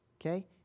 Okay